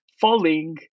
falling